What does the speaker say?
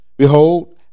Behold